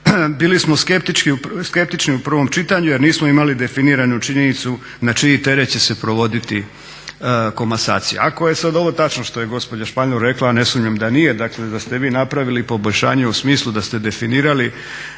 bili smo skeptični u prvom čitanju jer nismo imali definiranu činjenicu na čiji teret će se provoditi komasacija. Ako je sad ovo tačno što je gospođa Španjol rekla, a ne sumnjam da nije, dakle da ste vi napravili poboljšanje u smislu da ste definirali